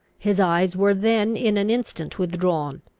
his eyes were then in an instant withdrawn.